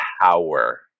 power